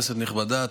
כנסת נכבדה,